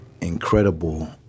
incredible